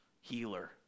healer